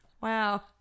wow